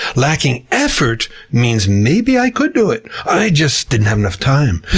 lacking effort means, maybe i could do it. i just didn't have enough time.